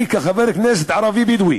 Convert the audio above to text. אני כחבר כנסת ערבי בדואי